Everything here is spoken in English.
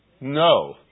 No